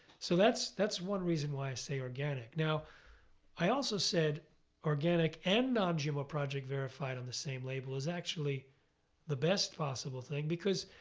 so that's that's one reason why i say organic. now i also said organic and non-gmo project verified on the same label is actually the best possible thing because,